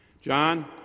John